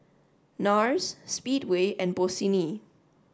NARS Speedway and Bossini